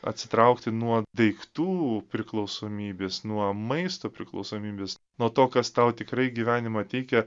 atsitraukti nuo daiktų priklausomybės nuo maisto priklausomybės nuo to kas tau tikrai gyvenimą teikia